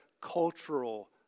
cultural